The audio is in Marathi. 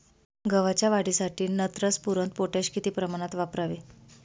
गव्हाच्या वाढीसाठी नत्र, स्फुरद, पोटॅश किती प्रमाणात वापरावे?